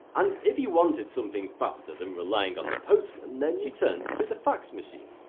and if you wanted something faster than relying on the postman, then you turned to the fax machine.